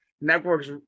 Network's